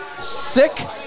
sick